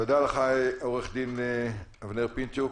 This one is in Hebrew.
תודה רבה לך, עורך-הדין אבנר פינצ'וק.